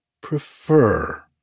prefer